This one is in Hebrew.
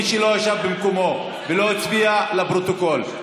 מי שלא ישב במקומו ולא הצביע, לפרוטוקול.